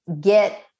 get